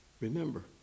remember